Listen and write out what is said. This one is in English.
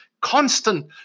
constant